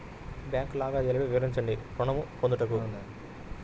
Bank లావాదేవీలు వివరించండి ఋణము పొందుటకు?